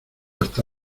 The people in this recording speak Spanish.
hasta